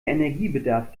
energiebedarf